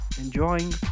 enjoying